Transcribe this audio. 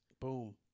Boom